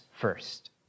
first